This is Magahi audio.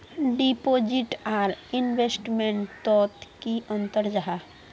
डिपोजिट आर इन्वेस्टमेंट तोत की अंतर जाहा?